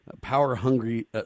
power-hungry